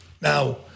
now